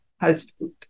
husband